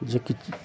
जेकि